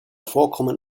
vorkommen